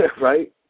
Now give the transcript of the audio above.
right